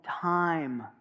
time